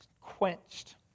quenched